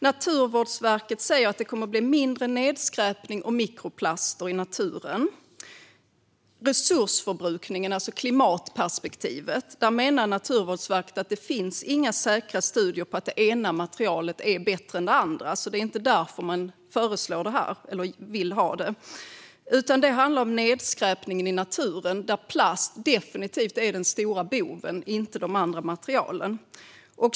Naturvårdsverket säger att det kommer att bli mindre nedskräpning och mikroplaster i naturen. När det gäller resursförbrukningen, det vill säga klimatperspektivet, menar Naturvårdsverket att det inte finns några säkra studier på att det ena materialet är bättre än det andra. Det är inte därför man vill ha det här. Det handlar om nedskräpningen i naturen där plast definitivt är den stora boven och inte de andra materialen.